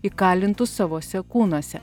įkalintus savuose kūnuose